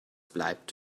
bleibt